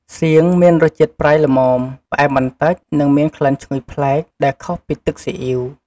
សៀង មានរសជាតិប្រៃល្មម ផ្អែមបន្តិច និងមានក្លិនឈ្ងុយប្លែក ដែលខុសពីទឹកស៊ីអុីវ។